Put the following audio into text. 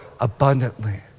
abundantly